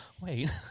Wait